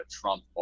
Trump